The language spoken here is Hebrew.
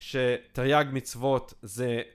שתרי"ג מצוות זה